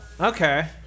Okay